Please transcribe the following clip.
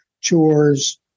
chores